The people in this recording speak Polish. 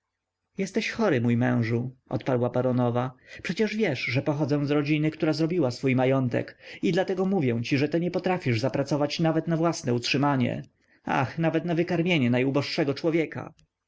jesteś chory mój mężu odparła baronowa przecie wiesz że pochodzę z rodziny która zrobiła swój majątek i dlatego mówię ci że ty nie potrafisz zapracować nawet na własne utrzymanie ach nawet na wykarmienie najuboższego człowieka